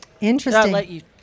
Interesting